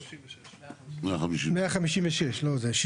156. 70